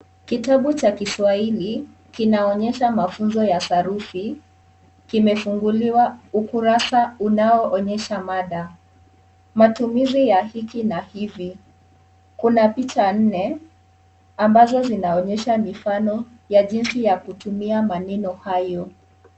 Kitabu cha kiswahili kinaonyesha mafunzo ya sarufi , kimefunguliwa ukurasa unaoonyesha mada , matumizi ya hiki na hivi, kuna picha nne ambazo zinaonyesha mifano ya jinsi ya kutumia maneno hayo.